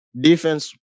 Defense